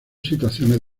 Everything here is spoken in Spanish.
situaciones